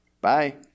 Bye